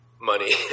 money